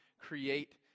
create